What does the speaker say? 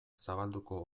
zabalduko